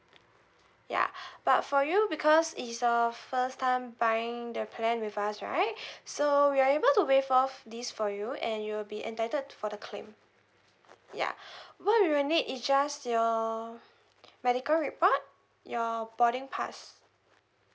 ya but for you because is your first time buying the plan with us right so we are able to waive off this for you and you will be entitled for the claim ya what we'll need is just your medical report your boarding pass